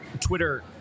Twitter